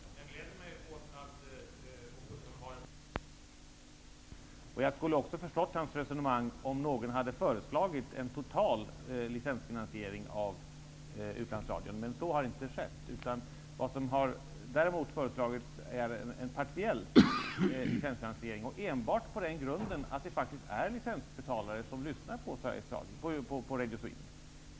Herr talman! Jag gläder mig åt att Åke Gustavsson har denna syn på utlandsradion. Jag skulle också ha förstått hans resonemang om någon hade föreslagit en total licensfinansiering av utlandsradion. Så har inte skett. Däremot har det föreslagits en partiell licensfinansiering -- enbart på den grunden att det faktiskt är licensbetalare som lyssnar på Radio Sweden.